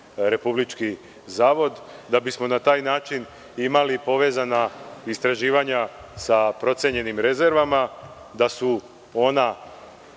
geološki zavod. Da bismo na taj način imali povezana istraživanja sa procenjenim rezervama. Da su ona,